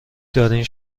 دارین